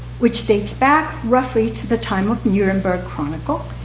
which dates back roughly to the time of nuremberg chronicle,